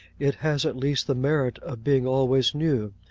it has at least the merit of being always new.